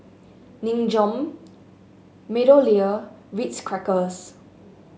Nin Jiom MeadowLea Ritz Crackers